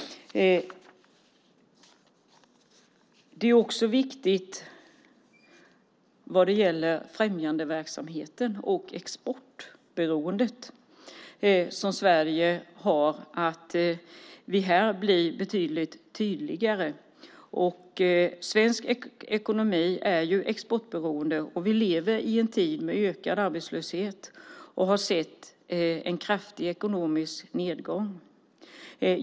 Vad gäller främjandeverksamheten och det exportberoende som Sverige har är det också viktigt att vi blir betydligt tydligare. Svensk ekonomi är ju exportberoende, och vi lever i en tid med ökad arbetslöshet och har sett en kraftig ekonomisk nedgång.